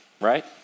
right